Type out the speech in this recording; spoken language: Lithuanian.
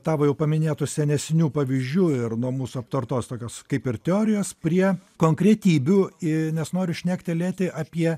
tavo jau paminėtų senesnių pavyzdžių ir nuo mūsų aptartos tokios kaip ir teorijos prie konkretybių i nes noriu šnektelėti apie